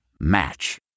Match